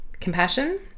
compassion